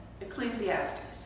Ecclesiastes